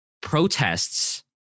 protests